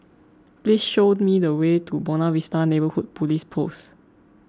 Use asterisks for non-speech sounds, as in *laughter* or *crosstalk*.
*noise* please show me the way to Buona Vista Neighbourhood Police Post